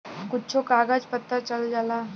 कुच्छो कागज पत्तर चल जाला